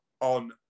on